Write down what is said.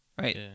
right